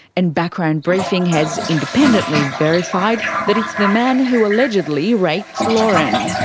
and background briefing has independently verified that it's the man who allegedly raped lauren.